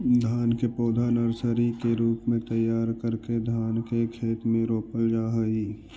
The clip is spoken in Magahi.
धान के पौधा नर्सरी के रूप में तैयार करके धान के खेत में रोपल जा हइ